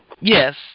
Yes